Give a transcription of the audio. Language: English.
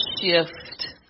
shift